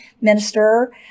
minister